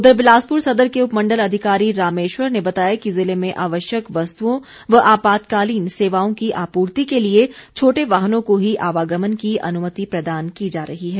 उधर बिलासपुर सदर के उपमंडल अधिकारी रामेश्वर ने बताया कि जिले में आवश्यक वस्तुओं व आपातकालीन सेवाओं की आपूर्ति के लिए छोटे वाहनों को ही आवागमन की अनुमति प्रदान की जा रही है